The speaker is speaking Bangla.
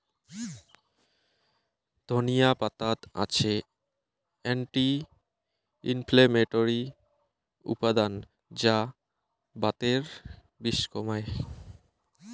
ধনিয়া পাতাত আছে অ্যান্টি ইনফ্লেমেটরি উপাদান যা বাতের বিষ কমায়